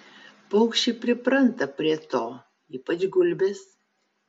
paukščiai pripranta prie to ypač gulbės